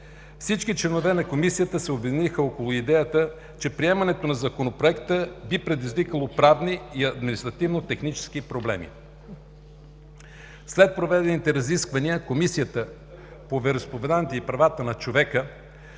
Всички членове на Комисията се обединиха около идеята, че приемането на Законопроекта би предизвикало правни и административно-технически проблеми. След проведените разисквания Комисията по вероизповеданията и правата на човека